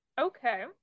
Okay